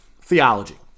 theology